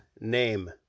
Name